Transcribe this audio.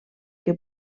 que